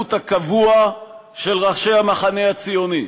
ההתנהגות הקבוע של ראשי המחנה הציוני: